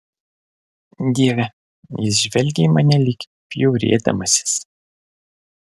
dieve jis žvelgė į mane lyg bjaurėdamasis